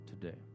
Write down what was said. today